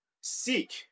Seek